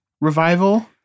revival